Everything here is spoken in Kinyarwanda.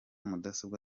mudasobwa